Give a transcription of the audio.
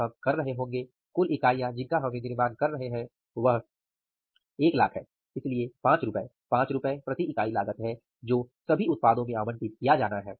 हम कर रहे होंगे कुल इकाइयाँ जिनका हम विनिर्माण कर रहे हैं वह 100000 है इसलिए 5 रुपये 5 रुपये प्रति इकाई लागत है जो सभी उत्पादों में आवंटित किया जाना है